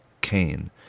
Cain